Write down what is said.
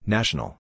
National